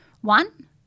One